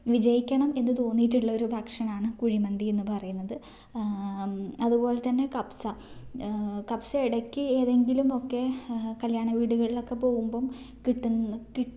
വിജയിക്കണം എന്ന് തോന്നിയിട്ടുള്ള ഒരു ഭക്ഷണമാണ് കുഴിമന്തി എന്ന് പറയുന്നത് അത്പോലെതന്നെ കബ്സ കബ്സ എടക്ക് ഏതെങ്കിലുമൊക്കെ കല്യാണ വീടുകളിൽ ഒക്കെ പോവുമ്പം കിട്ടുന്ന